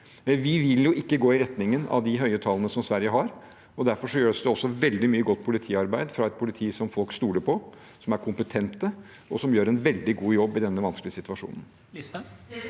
vi vil jo ikke gå i retning av de høye tallene som Sverige har. Derfor gjøres det også veldig mye godt politiarbeid fra et politi som folk stoler på, som er kompetente, og som gjør en veldig god jobb i denne vanskelige situasjonen.